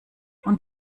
und